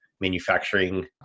manufacturing